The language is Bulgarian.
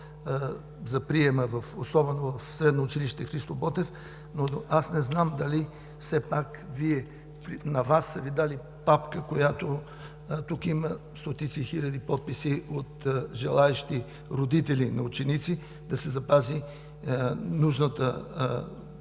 за приема, особено в Средно училище „Христо Ботев“, но не знам дали са Ви дали папка, в която има стотици хиляди подписи от желаещи родители на ученици да се запази нужната…